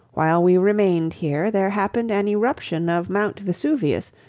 while we remained here there happened an eruption of mount vesuvius,